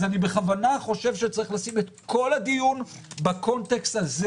אז אני בכוונה חושב שיש לשים את כל הדיון בקונטקסט הזה.